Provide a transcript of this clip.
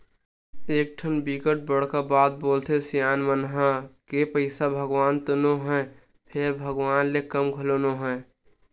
एकठन बिकट बड़का बात बोलथे सियान मन ह के पइसा भगवान तो नो हय फेर भगवान ले कम घलो नो हय